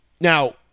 Now